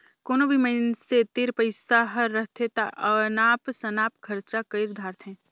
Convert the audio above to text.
कोनो भी मइनसे तीर पइसा हर रहथे ता अनाप सनाप खरचा कइर धारथें